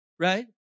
Right